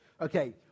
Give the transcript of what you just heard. Okay